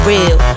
Real